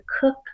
cook